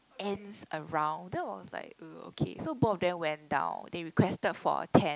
ants around then I was like ugh okay so both of them went down they requested for a tent